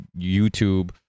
YouTube